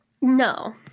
no